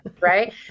right